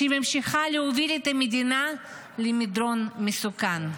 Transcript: שממשיכה להוביל את המדינה למדרון מסוכן.